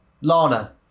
Lana